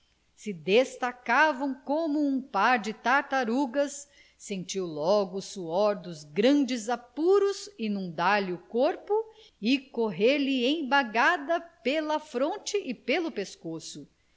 se destacavam como um par de tartarugas sentiu logo o suor dos grandes apuros inundar lhe o corpo e correr-lhe em bagada pela fronte e pelo pescoço